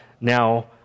Now